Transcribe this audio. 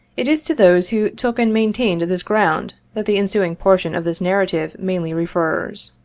it is to those who took and maintained this ground that the en suing portion of this narrative mainly refers.